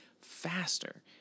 faster